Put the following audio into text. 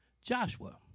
Joshua